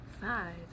five